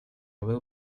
will